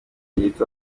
gito